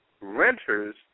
renters